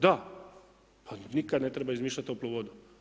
Da, ali nikad ne treba izmišljati toplu vodu.